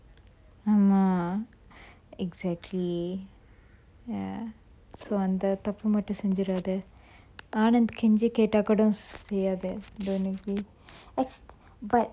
ஆமா:aama exactly ya so அந்த தப்பு மட்டும் செஞ்சிராத:antha thappu mattum senjiratha ananth கெஞ்சி கேட்டா கூட செய்யாத:kenji ketta kooda seyyatha don't agree but